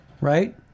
right